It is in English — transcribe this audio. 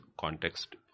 context